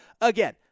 Again